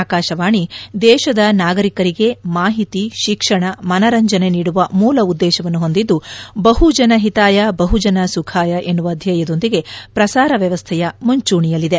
ಅಕಾಶವಾಣಿ ದೇಶದ ನಾಗರೀಕರಿಗೆ ಮಾಹಿತಿ ಶಿಕ್ಷಣ ಮನರಂಜನೆ ನೀಡುವ ಮೂಲ ಉದ್ಗೇಶವನ್ನು ಹೊಂದಿದ್ಲು ಬಹು ಜನ ಹಿತಾಯ ಬಹು ಜನ ಸುಖಾಯ ಎನ್ನುವ ಧ್ಯೇಯದೊಂದಿಗೆ ಪ್ರಸಾರ ವ್ಯವಸ್ಥೆಯ ಮುಂಚೂಣಿಯಲ್ಲಿದೆ